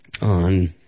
on